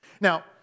Now